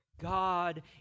God